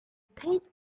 paid